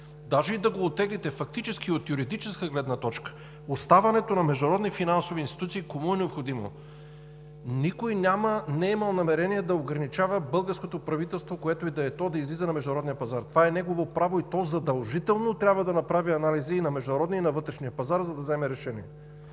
Даже и да го оттеглите, фактически от юридическа гледна точка оставането на международни финансови институции кому е необходимо?! Никой не е имал намерение да ограничава българското правителство, което и да е то, да излиза на международния пазар. Това е негово право и то задължително трябва да направи анализи и на международния, и на вътрешния пазар, за да вземе решение.